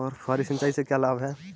फुहारी सिंचाई के क्या लाभ हैं?